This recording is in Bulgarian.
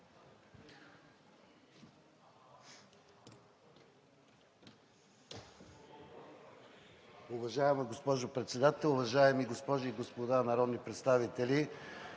Уважаема госпожо Председател, уважаеми госпожи и господа народни представители!